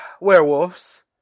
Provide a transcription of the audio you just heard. werewolves